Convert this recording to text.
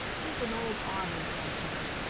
he is an old army pensioner.